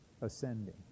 ascending